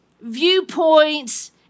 viewpoints